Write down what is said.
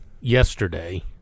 Yesterday